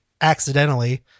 accidentally